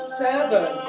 seven